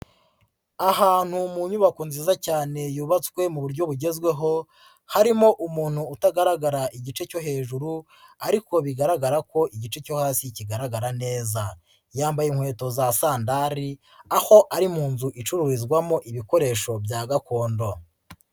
Ahantu mu nyubako nziza cyane yubatswe mu buryo bugezweho, harimo umuntu utagaragara igice cyo hejuru ariko bigaragara ko igice cyo hasi kigaragara neza, yambaye inkweto za sandari aho ari mu nzu icururizwamo ibikoresho bya gakondo.